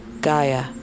Gaia